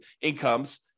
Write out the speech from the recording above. incomes